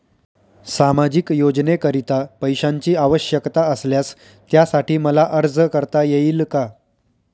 सामाजिक योजनेकरीता पैशांची आवश्यकता असल्यास त्यासाठी मला अर्ज करता येईल का?